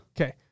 Okay